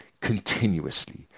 continuously